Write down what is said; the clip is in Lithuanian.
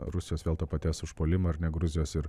rusijos vėl to paties užpuolimo ar ne gruzijos ir